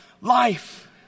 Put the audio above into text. life